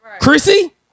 Chrissy